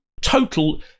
Total